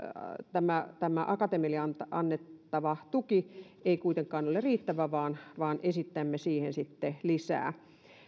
tämä okmn akatemialle annettava tuki ei kuitenkaan ole riittävä vaan vaan esitämme siihen lisää